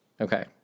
Okay